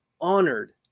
honored